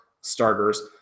starters